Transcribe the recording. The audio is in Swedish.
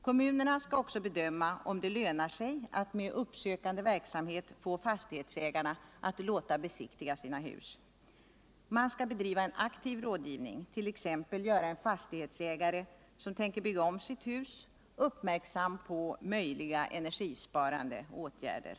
Kommunerna 89 skall också bedöma om det lönar sig att med uppsökande verksamhet få fastighetsägarna att låta besiktiga sina hus. Man skall bedriva en aktiv rådgivning, t.ex. göra en fastighetsägare som tänker bygga om sitt hus uppmärksam på möjliga energisparande åtgärder.